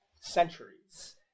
centuries